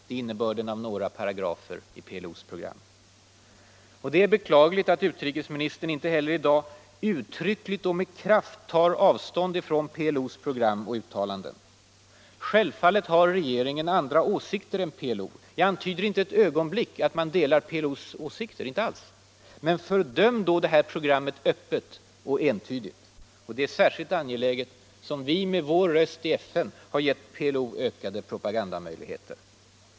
Det är innebörden Det är beklagligt att utrikesministern inte heller i dag uttryckligt och med kraft tar avstånd från PLO:s program och uttalanden. Självfallet har regeringen andra åsikter än PLO. Jag antyder inte ett ögonblick att man delar PLO:s åsikter, men fördöm då dess program öppet och entydigt! Det är särskilt angeläget, eftersom Sverige meä sin röst i FN gett PLO ökade propagandamöjligheter.